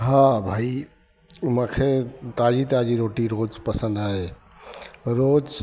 हा भाई मूंखे ताज़ी ताज़ी रोटी रोज पसंदि आहे रोज